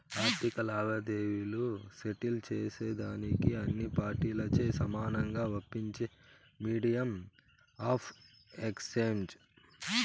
ఆర్థిక లావాదేవీలు సెటిల్ సేసేదానికి అన్ని పార్టీలచే సమానంగా ఒప్పించేదే మీడియం ఆఫ్ ఎక్స్చేంజ్